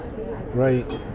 Right